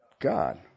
God